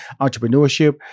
entrepreneurship